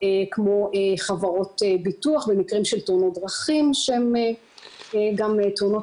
כמו חברות ביטוח במקרים של תאונות דרכים שהן גם תאונות